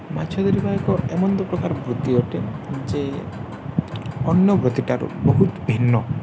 ମାଛ ଧରିିବା ଏକ ଏମନ୍ତ ପ୍ରକାର ବୃତ୍ତି ଅଟେ ଯେ ଅନ୍ୟ ବୃତ୍ତିଠାରୁ ବହୁତ ଭିନ୍ନ